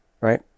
Right